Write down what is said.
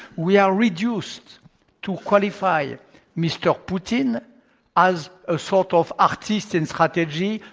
we are reduced to qualify yeah mr. putin as a sort of artist in strategy,